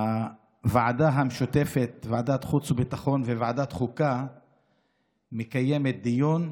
הוועדה המשותפת לוועדת חוץ וביטחון וועדת חוקה מקיימת דיון,